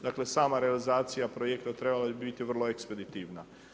Dakle, sama realizacija projekta trebala bi biti vrlo ekspeditivna.